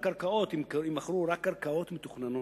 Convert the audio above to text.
לקואליציה.